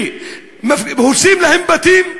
שהורסים להם בתים,